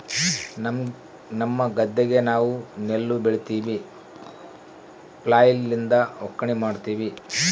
ನಮ್ಮ ಗದ್ದೆಗ ನಾವು ನೆಲ್ಲು ಬೆಳಿತಿವಿ, ಫ್ಲ್ಯಾಯ್ಲ್ ಲಿಂದ ಒಕ್ಕಣೆ ಮಾಡ್ತಿವಿ